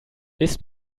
ist